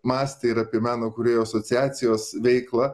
mąstė ir apie meno kūrėjų asociacijos veiklą